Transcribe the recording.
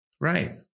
Right